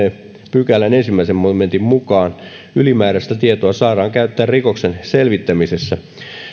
pykälän ensimmäisen momentin mukaan ylimääräistä tietoa saadaan käyttää rikoksen selvittämisessä